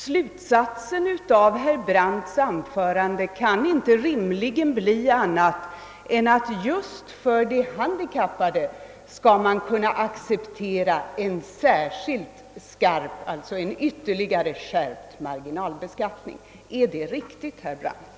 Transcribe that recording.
Slutsatsen av herr Brandts anförande kan inte rimligen bli en annan än att man just för de handikappade skall kunna acceptera en särskilt skarp, alltså en ytterligare skärpt marginalbeskattning. Är det riktigt herr Brandt?